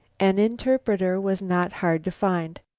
an interpreter was not hard to find.